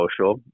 social